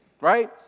right